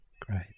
Great